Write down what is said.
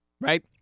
Right